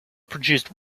produced